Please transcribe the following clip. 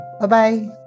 Bye-bye